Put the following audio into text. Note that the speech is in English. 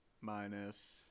minus